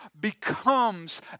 becomes